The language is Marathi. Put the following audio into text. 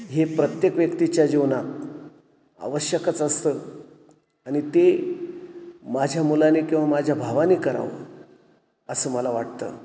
हे प्रत्येक व्यक्तीच्या जीवनात आवश्यकच असतं आणि ते माझ्या मुलाने किंवा माझ्या भावाने करावं असं मला वाटतं